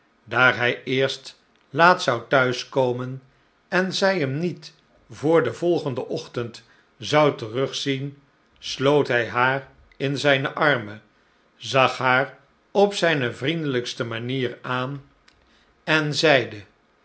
daar hij eerst laat zou thuis komen en zij hem niet voor den volgenden ochtend zou terugzien sloot hij haar in zijne armen zag haar op zijne vriendelijkste manier aan en zeide